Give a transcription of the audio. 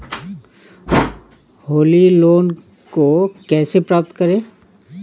Holi loan को कैसे प्राप्त करें?